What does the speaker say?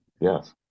Yes